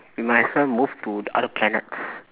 we might as well move to other planets